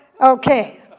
Okay